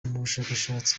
bushabitsi